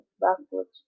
backwards